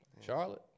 Charlotte